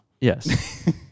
Yes